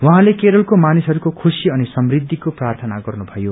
उहाँले केरलको मानिसहरूको खुशी अनि समृद्धिको प्रार्थना गर्नुभयो